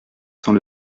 sans